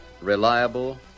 Reliable